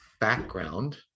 background